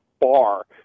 bar